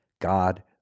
god